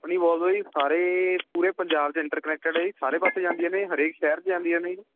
ਆਪਣੀ ਵੋਲਵੋ ਜੀ ਸਾਰੇ ਪੂਰੇ ਪੰਜਾਬ 'ਚ ਇੰਟਰ ਕਨੈਕਟਡ ਹੈ ਜੀ ਸਾਰੇ ਪਾਸੇ ਜਾਂਦੀਆਂ ਨੇ ਹਰੇਕ ਸ਼ਹਿਰ 'ਚ ਜਾਂਦੀਆਂ ਨੇ ਜੀ